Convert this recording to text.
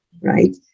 right